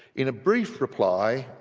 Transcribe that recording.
in a brief reply,